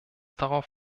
darauf